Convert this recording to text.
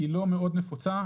היא לא נפוצה מאוד,